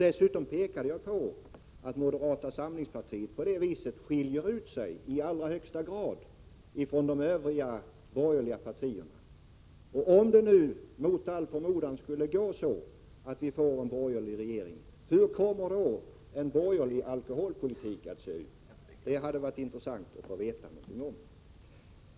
Dessutom pekade jag på att moderata samlingspartiet på det viset i allra högsta grad skiljer ut sig från de övriga borgerliga partierna. Om det nu, mot all förmodan, skulle gå så, att vi får en borgerlig regering, hur kommer då en borgerlig alkoholpolitik att se ut? Det hade varit intressant att få veta någonting om det.